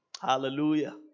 Hallelujah